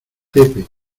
pepe